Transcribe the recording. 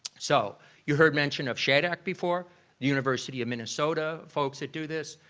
so you heard mention of shadac before, the university of minnesota folks that do this.